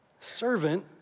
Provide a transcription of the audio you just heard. Servant